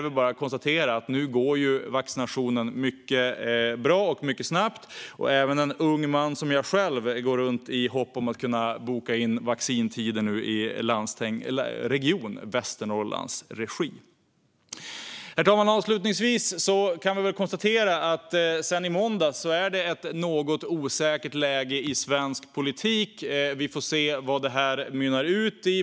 Vaccinationen går nu mycket bra och mycket snabbt. Även en ung man som jag själv går runt i hopp om att kunna boka in vaccintider i Region Västernorrlands regi. Herr talman! Avslutningsvis kan vi konstatera att det sedan i måndags är ett något osäkert läge i svensk politik. Vi får se vad det här mynnar ut i.